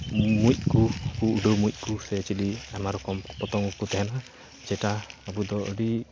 ᱢᱩᱸᱡᱠᱚ ᱠᱚ ᱩᱰᱟᱹᱣ ᱢᱩᱸᱡᱠᱚ ᱥᱮ ᱪᱤᱞᱤ ᱟᱭᱢᱟ ᱨᱚᱠᱚᱢ ᱯᱚᱛᱚᱝᱜᱚ ᱠᱚ ᱛᱮᱦᱮᱱᱟ ᱡᱮᱴᱟ ᱟᱹᱵᱩᱫᱚ ᱟᱹᱰᱤ